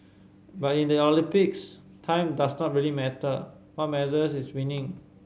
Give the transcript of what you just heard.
but in the Olympics time does not really matter what matters is winning